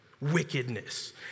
Wickedness